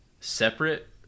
separate